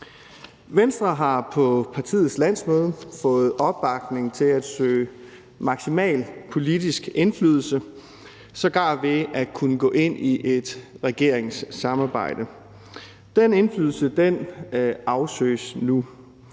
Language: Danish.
Venstre har på partiets landsmøde fået opbakning til at søge maksimal politisk indflydelse, sågar ved at kunne gå ind i et regeringssamarbejde. Den indflydelse afsøges nu.